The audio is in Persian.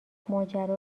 ماجرا